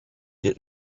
did